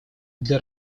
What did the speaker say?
для